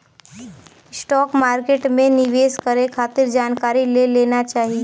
stock market में निवेश करे खातिर जानकारी ले लेना चाही